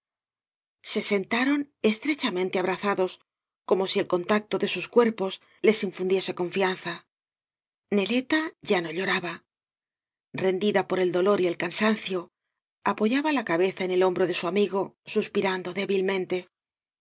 se sentaron estrechamente abrazados como si el contacto de sus cuerpos les icf undiese confianza neleta ya no lloraba rendida por el dolor y el cansancio apoyaba la cabeza en el hombro de su amigo suspirando débilmente